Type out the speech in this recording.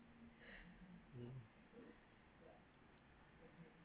mm